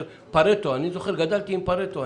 פארטו, אני זוכר, גדלתי עם פארטו.